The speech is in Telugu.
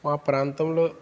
మా ప్రాంతంలో